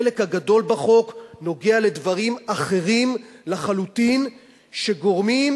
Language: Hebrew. החלק הגדול בחוק נוגע בדברים אחרים לחלוטין שגורמים,